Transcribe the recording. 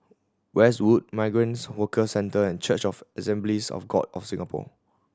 Westwood Migrant Workers Centre and Church of the Assemblies of God of Singapore